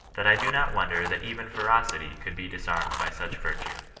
that i do not wonder that even ferocity could be disarmed by such virtue.